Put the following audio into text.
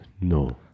No